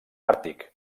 àrtic